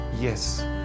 yes